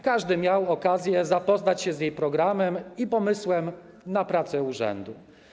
Każdy miał okazję zapoznać się z jej programem i pomysłem na pracę urzędu.